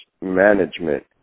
management